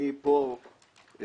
אני פה מהוותיקים.